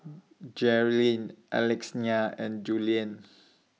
Jerrilyn Alexina and Julien